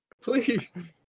Please